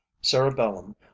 cerebellum